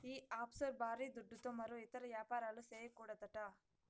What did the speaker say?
ఈ ఆఫ్షోర్ బారీ దుడ్డుతో మరో ఇతర యాపారాలు, చేయకూడదట